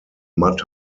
mud